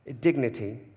dignity